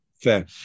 fair